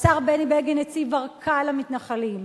השר בני בגין הציב ארכה למתנחלים,